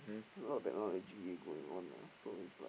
a lot of technology going on lah so it's like